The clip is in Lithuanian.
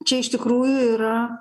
čia iš tikrųjų yra